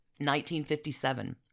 1957